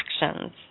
actions